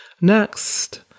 Next